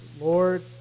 Lord